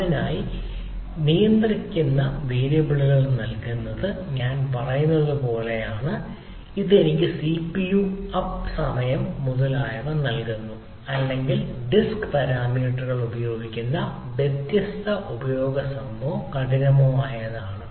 അതിനായി നിയന്ത്രിത നിയന്ത്രണ വേരിയബിളുകൾ നൽകുന്നത് ഞാൻ പറയുന്നതുപോലെയാണ് ഇത് എനിക്ക് സിപിയു അപ്പ് സമയം മുതലായവ നൽകുന്നു അല്ലെങ്കിൽ ഡിസ്ക് പാരാമീറ്ററുകൾ ഉപയോഗിക്കുന്ന വ്യത്യസ്ത ഉപയോഗ സമയമോ കഠിനമോ ആണ്